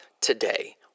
today